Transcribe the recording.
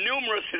numerous